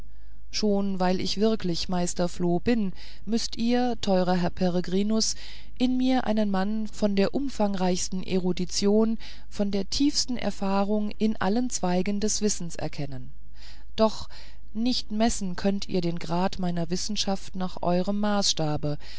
schon weil ich wirklich meister floh bin müßt ihr teurer herr peregrinus in mir einen mann von der umfangreichsten erudition von der tiefsten erfahrung in allen zweigen des wissens erkennen doch nicht messen könnt ihr den grad meiner wissenschaft nach euerm maßstabe